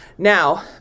Now